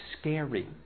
scary